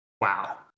Wow